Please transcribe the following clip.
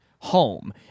Home